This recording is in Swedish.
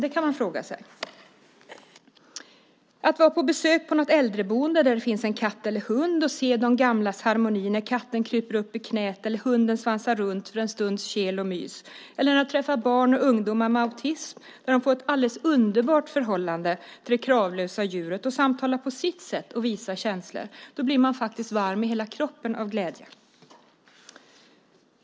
Det kan man fråga sig. Att vara på besök på något äldreboende där det finns en katt eller en hund och se de gamlas harmoni när katten kryper upp i knäet eller hunden svansar runt för en stunds kel och mys, eller att träffa barn och ungdomar med autism där de får ett alldeles underbart förhållande till det kravlösa djuret och samtalar på sitt sätt och visar känslor, gör att man blir varm i hela kroppen av glädje.